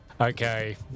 Okay